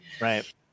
Right